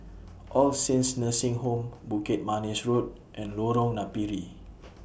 All Saints Nursing Home Bukit Manis Road and Lorong Napiri